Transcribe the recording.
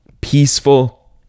peaceful